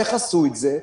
איך עשו את זה?